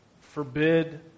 forbid